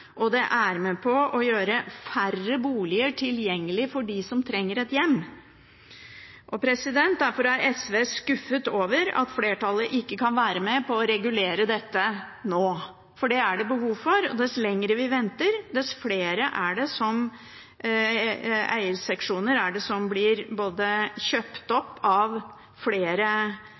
dette. Det er med på å drive opp prisene, og det er med på å gjøre færre boliger tilgjengelig for dem som trenger et hjem. Derfor er SV skuffet over at flertallet ikke kan være med på å regulere dette nå, for det er det behov for. Dess lenger vi venter, dess flere eierseksjoner blir kjøpt opp av